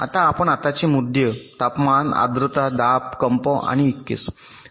आताआपण आताचे मुद्दे तापमान आर्द्रता दाब कंप आणि इतकेच